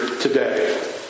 today